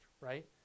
right